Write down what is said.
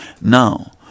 Now